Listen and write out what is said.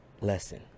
lesson